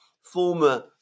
former